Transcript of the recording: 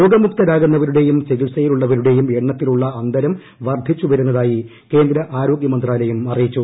രോഗമുക്തരാകുന്നവരുടെയും ചികിത്സയിൽ ഉള്ളവരുടെയും എണ്ണത്തിലുള്ള അന്തരം വർധിച്ചു വരുന്നതായി കേന്ദ്ര ആരോഗൃ മന്ത്രാലയം അറിയിച്ചു